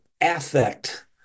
affect